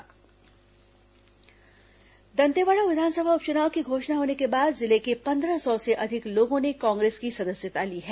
कांग्रेस प्रवेश दंतेवाड़ा विधानसभा उप चुनाव की घोषणा होने के बाद जिले के पन्द्रह सौ से अधिक लोगों ने कांग्रेस की सदस्यता ली है